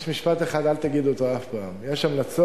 יש משפט אחד שאל תגיד אותו אף פעם: יש המלצות?